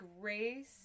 Grace